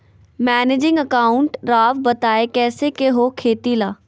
Managing account राव बताएं कैसे के हो खेती ला?